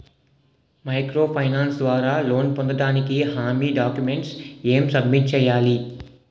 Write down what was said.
Micro finance ద్వారా loan పొందటానికి హామీ డాక్యుమెంట్స్ ఎం సబ్మిట్ చేయాలి?